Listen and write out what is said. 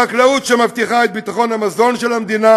החקלאות שמבטיחה את ביטחון המזון של המדינה